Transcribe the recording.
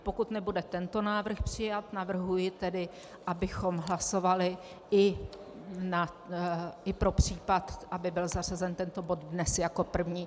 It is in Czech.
Pokud nebude tento návrh přijat, navrhuji tedy, abychom hlasovali i pro případ, aby byl zařazen tento bod dnes jako první.